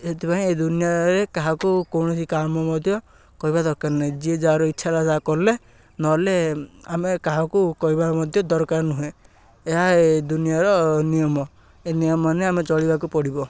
ସେଥିପାଇଁ ଏ ଦୁନିଆରେ କାହାକୁ କୌଣସି କାମ ମଧ୍ୟ କହିବା ଦରକାର ନାହିଁ ଯିଏ ଯାହାର ଇଚ୍ଛାରେ ଯାହା କଲେ ନହେଲେ ଆମେ କାହାକୁ କହିବା ମଧ୍ୟ ଦରକାର ନୁହେଁ ଏହା ଏ ଦୁନିଆର ନିୟମ ଏ ନିୟମ ମାନି ଆମେ ଚଳିବାକୁ ପଡ଼ିବ